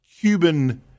Cuban